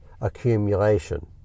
accumulation